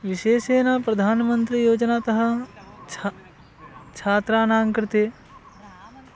विशेषेण प्रधानमन्त्रियोजनातः छा छात्राणां कृते